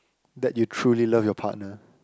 that you truly love your partner